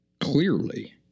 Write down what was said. clearly